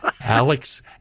Alex